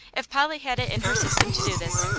if polly had it in her system to do this,